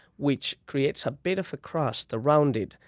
which creates a bit of a crust around it.